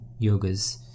yogas